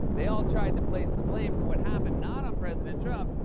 they all tried to place the blame for what happened not on president trump,